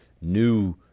new